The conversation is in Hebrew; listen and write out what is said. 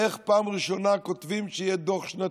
איך פעם ראשונה כותבים שיהיה דוח שנתי?